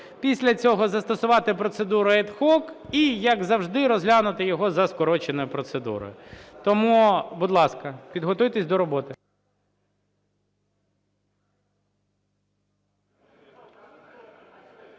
Після цього застосувати процедуру ad hoc і, як завжди, розглянути його за скороченою процедурою. Тому, будь ласка, підготуйтесь до роботи.